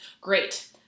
Great